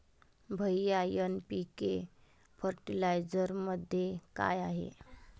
भैय्या एन.पी.के फर्टिलायझरमध्ये काय आहे?